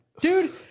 dude